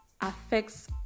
affects